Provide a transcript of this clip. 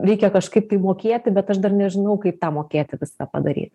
reikia kažkaip tai mokėti bet aš dar nežinau kaip tą mokėti viską padaryt